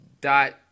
dot